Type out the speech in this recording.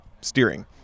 steering